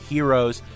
Heroes